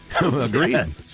Agreed